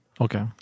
Okay